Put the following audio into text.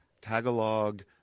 Tagalog